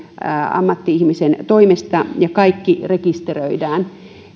ammatti ihmisen toimesta ja kaikki rekisteröidään